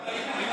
זה ירד ל-40,